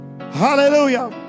Hallelujah